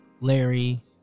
Larry